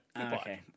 Okay